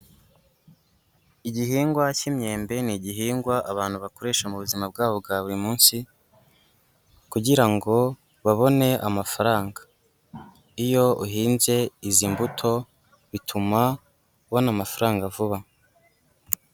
Igihingwa cy'imyembe ni igihingwa abantu bakoresha mu buzima bwabo bwa buri munsi, kugira ngo babone amafaranga, iyo uhinze izi mbuto bituma ubona amafaranga vuba.